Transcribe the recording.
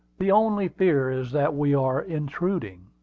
the only fear is that we are intruding.